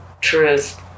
truth